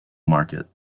market